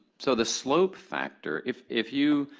so the slope factor, if if you,